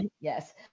Yes